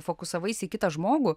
fokusavaisi į kitą žmogų